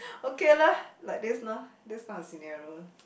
okay lah like this lah this kind of scenario